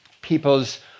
people's